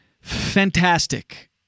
fantastic